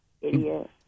idiot